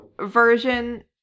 version